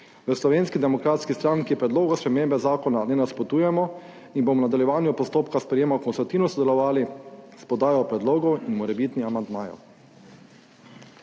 V Slovenski demokratski stranki predlogu spremembe zakona ne nasprotujemo in bomo v nadaljevanju postopka sprejema konstruktivno sodelovali s podajo predlogov in morebitnih amandmajev.